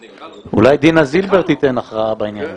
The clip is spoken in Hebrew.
דינה זילבר תיתן הכרעה בעניין.